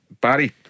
Barry